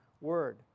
word